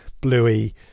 bluey